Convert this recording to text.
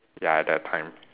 ya at that time